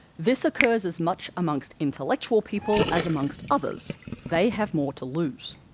this occurs as much amongst intellectual people as amongst others they have more to lose.